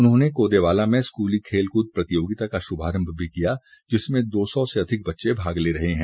उन्होंने कोदेवाला में स्कूली खेलकूद प्रतियोगिता का शुभारंभ भी किया जिसमें दो सौ से अधिक बच्चे भाग ले रहे हैं